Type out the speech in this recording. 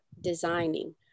designing